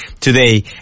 today